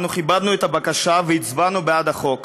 אנו כיבדנו את הבקשה והצבענו בעד החוק.